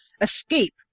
escape